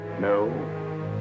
No